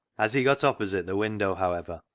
as he got opposite the window, however,